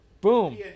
boom